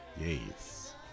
Yes